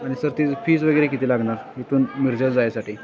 आणि सर तिज फीज वगैरे किती लागणार इथून मिरजाला जायसाठी